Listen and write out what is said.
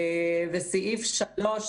סעיף 3,